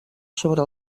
sobre